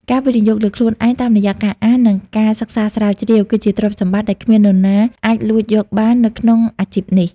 ការវិនិយោគលើខ្លួនឯងតាមរយៈការអាន និងការសិក្សាស្រាវជ្រាវ គឺជាទ្រព្យសម្បត្តិដែលគ្មាននរណាអាចលួចយកបាននៅក្នុងអាជីពនេះ។